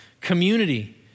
Community